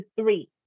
three